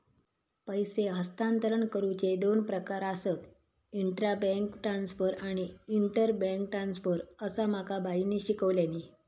पैसे हस्तांतरण करुचे दोन प्रकार आसत, इंट्रा बैंक ट्रांसफर आणि इंटर बैंक ट्रांसफर, असा माका बाईंनी शिकवल्यानी